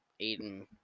Aiden